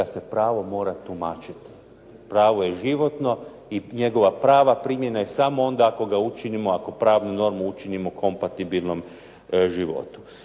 se pravo mora tumačiti. Pravo je životno i njegova prava primjena je samo onda ako ga učinimo, ako pravnu normu učinimo kompatibilnom životu.